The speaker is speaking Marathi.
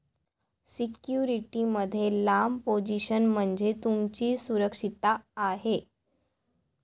सिक्युरिटी मध्ये लांब पोझिशन म्हणजे तुमची सुरक्षितता आहे